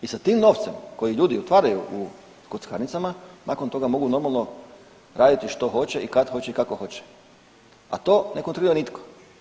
I sa tim novcima koji ljudi otvaraju u kockarnicama nakon toga mogu normalno raditi što hoće i kad hoće i kako hoće, a to ne kontrolira nitko.